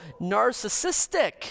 narcissistic